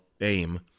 aim